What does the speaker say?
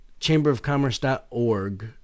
chamberofcommerce.org